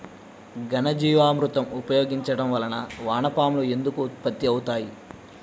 ఘనజీవామృతం ఉపయోగించటం వలన వాన పాములు ఎందుకు ఉత్పత్తి అవుతాయి?